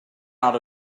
out